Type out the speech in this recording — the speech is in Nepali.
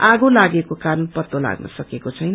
आगो लागेको कारण पत्तो लाग्न सकेको छैन